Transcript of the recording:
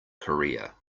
korea